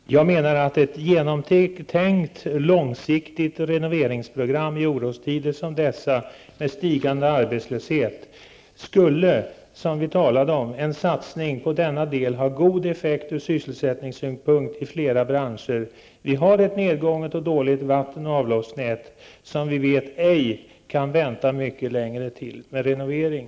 Fru talman! Jag menar att ett genomtänkt, långsiktigt renoveringsprogram i orostider som dessa med stigande arbetslöshet skulle -- som vi talade om -- i flera branscher ha god effekt från sysselsättningssynpunkt. Vi har ett nedgånget och dåligt vatten och avloppsnät, och vi vet att man ej kan vänta mycket längre till mes revonering.